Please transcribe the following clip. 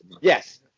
Yes